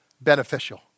beneficial